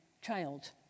child